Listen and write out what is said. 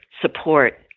support